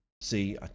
See